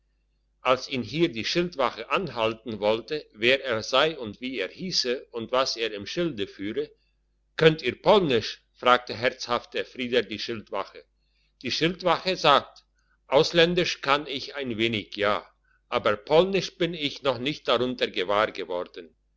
als ihn hier die schildwache anhalten wollte wer er sei und wie er hiesse und was er im schilde führe könnt ihr polnisch fragte herzhaft der frieder die schildwache die schildwache sagt ausländisch kann ich ein wenig ja aber polnisches bin ich noch nicht darunter gewahr worden